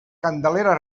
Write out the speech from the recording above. candelera